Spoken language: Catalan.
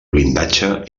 blindatge